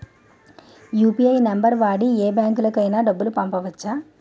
UPI number వాడి యే బ్యాంకుకి అయినా డబ్బులు పంపవచ్చ్చా?